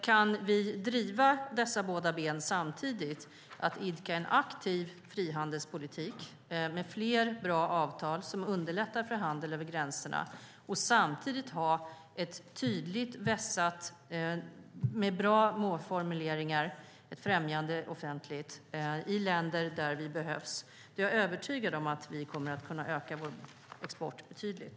Kan vi driva en aktiv frihandelspolitik med fler bra avtal som underlättar för handeln över gränserna och samtidigt ha ett tydligt vässat offentligt främjande med bra målformuleringar i länder där vi behövs är jag övertygad om att vi kommer att kunna öka vår export betydligt.